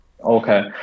Okay